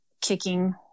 kicking